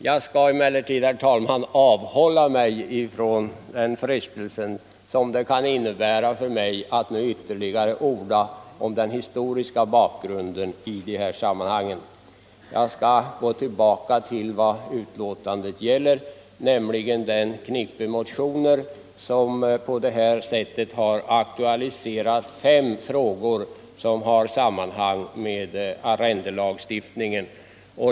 Jag skall emellertid, herr talman, avhålla mig från frestelsen att ytterligare orda om den historiska bakgrunden i det här sammanhanget. Jag skall gå tillbaka till vad betänkandet gäller, nämligen det knippe motioner som har aktualiserat fem frågor i samband med arrendelagstiftningen.